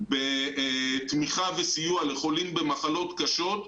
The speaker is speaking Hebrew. תמיכה וסיוע לחולים במחלות קשות,